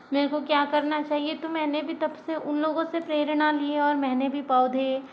मेरे को क्या करना चाहिए तो मैने भी तबसे उन लोगों से प्रेरणा ली और मैंने भी पौधे